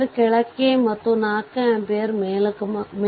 ಕಂಡುಹಿಡಿಯಬಹುದು